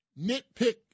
Nitpick